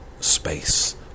space